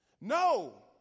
No